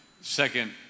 second